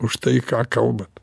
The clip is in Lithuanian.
už tai ką kalbat